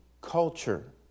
culture